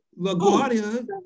Laguardia